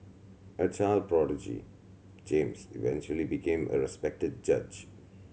a child prodigy James eventually became a respected judge